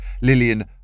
Lillian